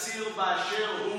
הצורך בקיבועו.